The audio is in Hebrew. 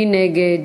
מי נגד?